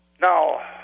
Now